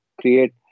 create